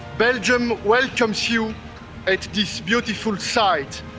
belgium welcomes you at this beautiful site,